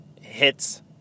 Hits